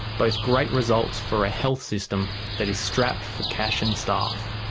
both great results for a health system that is strapped for cash and staff.